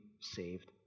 saved